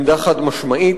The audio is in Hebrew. עמדה חד-משמעית,